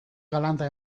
galanta